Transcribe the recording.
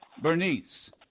Bernice